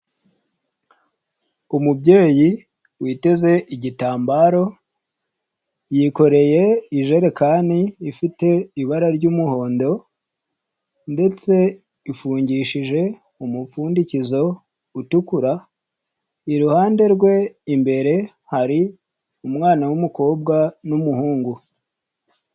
Umubyeyi witeze igitambaro yikoreye ijerekani ifite ibara ry'umuhondo ndetse ifungishije umupfundikizo utukura, iruhande rwe imbere hari umwana w'umukobwa n'umuhungu.